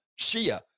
Shia